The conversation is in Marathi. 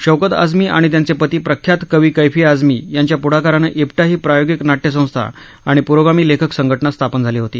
शौकत आझमी आणि त्यांचे पती प्रख्यात कवी कैफी आझमी यांच्या पुढाकारानं इप्टा ही प्रायोगिक नाटय़संस्था आणि प्रोगामी लेखक संघटना स्थापन झाली होती